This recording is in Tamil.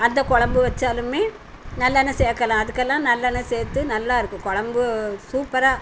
அந்த கொழம்பு வைச்சாலுமே நல்லெண்ணெய் சேர்க்கலாம் அதுக்கெல்லாம் நல்லெண்ணெய் சேர்த்து நல்லா இருக்கும் கொழம்பு சூப்பராக